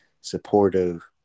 supportive